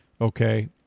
okay